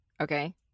Okay